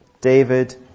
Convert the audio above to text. David